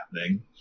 happening